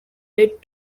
led